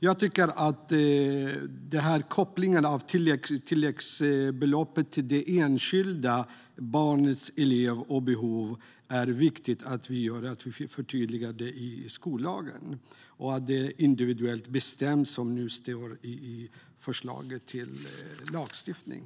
Jag tycker att det är viktigt att vi i skollagen förtydligar att tilläggsbeloppet kopplas till det enskilda barnets och den enskilda elevens behov och att tilläggsbeloppet bestäms individuellt. Detta framgår av förslaget till lagstiftning.